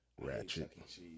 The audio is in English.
Ratchet